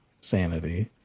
sanity